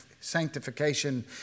sanctification